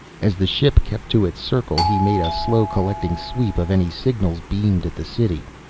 as the ship kept to its circle, he made a slow collecting sweep of any signals beamed at the city.